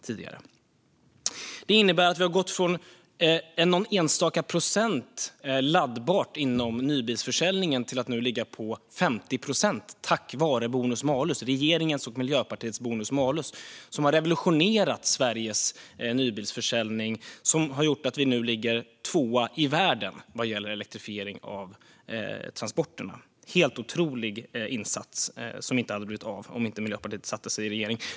Det innebär också att vi har gått från någon enstaka procent laddbart inom nybilsförsäljningen till att nu ligga på 50 procent tack vare regeringens och Miljöpartiets bonus malus, som har revolutionerat Sveriges nybilsförsäljning och gjort att vi nu ligger tvåa i världen vad gäller elektrifiering av transporterna. Det är en helt otrolig insats, som inte hade blivit av om inte Miljöpartiet hade satt sig i regeringen.